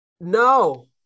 No